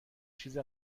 چیز